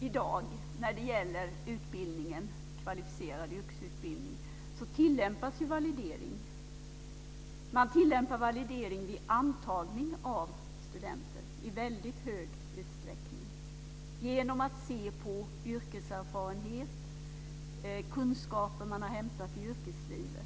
i dag när det gäller denna utbildning, den kvalificerade yrkesutbildningen, som det tillämpas validering. Man tillämpar validering vid antagning av studenter i väldigt stor utsträckning genom att man ser på yrkeserfarenhet och kunskaper som har inhämtats i yrkeslivet.